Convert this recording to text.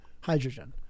hydrogen